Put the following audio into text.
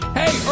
hey